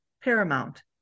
paramount